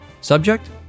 Subject